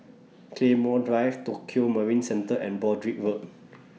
Claymore Drive Tokio Marine Centre and Broadrick Road